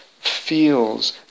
feels